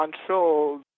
control